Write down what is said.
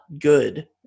good